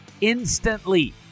instantly